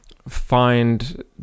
find